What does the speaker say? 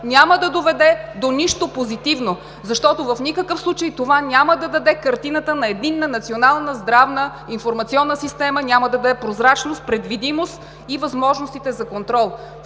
няма да доведе до нищо позитивно, защото в никакъв случай това няма да даде картината на единна национална здравна информационна система, няма да даде прозрачност, предвидимост и възможностите за контрол.